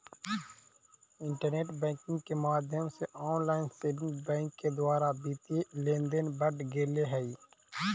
internet banking के माध्यम से ऑनलाइन सेविंग बैंक के द्वारा वित्तीय लेनदेन बढ़ गेले हइ